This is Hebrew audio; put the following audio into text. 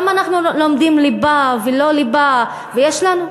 גם אם אנחנו לומדים ליבה ולא ליבה ויש לנו,